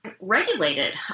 regulated